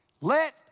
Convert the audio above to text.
Let